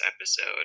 episode